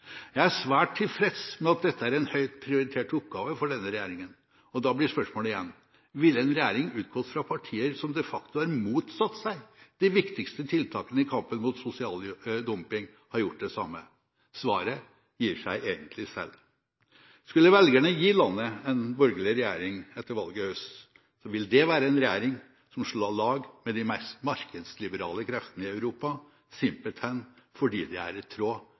Jeg er svært tilfreds med at dette er en høyt prioritert oppgave for denne regjeringen. Da blir spørsmålet igjen: Ville en regjering utgått fra partier som de facto har motsatt seg de viktigste tiltakene i kampen mot sosial dumping, ha gjort det samme? Svaret gir seg egentlig selv. Skulle velgerne gi landet en borgerlig regjering etter valget i høst, vil det være en regjering som slår lag med de mest markedsliberale kreftene i Europa, simpelthen fordi det er i tråd